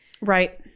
Right